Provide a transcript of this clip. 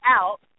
out